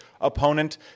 opponent